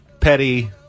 petty